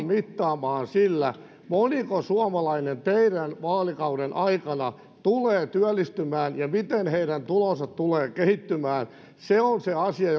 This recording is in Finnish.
mittaamaan sillä moniko suomalainen teidän vaalikautenne aikana tulee työllistymään ja miten heidän tulonsa tulee kehittymään se on se asia